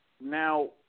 now